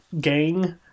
gang